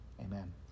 amen